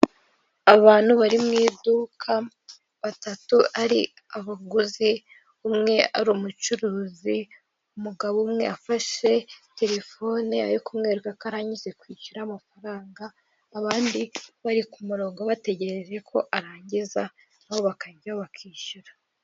Abantu bari mu iduka, batatu ari abaguzi, umwe ari umucuruzi, umugabo umwe afashe telefone, ari kumwereka ko arangije kwishyura amafaranga, abandi bari ku murongo, bategereje ko arangiza, na bo bakajyaho, bakishyura.